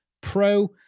pro